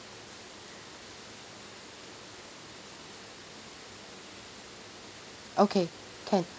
okay can